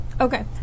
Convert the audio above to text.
Okay